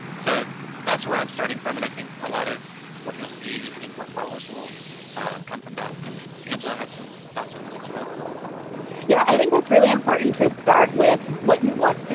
so that's where i'm starting from, and i think a lot of what you'll see in what follows will come from that and angela had some thoughts on this as well. angela yeah, i think that's really important to start with what you want